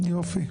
יופי.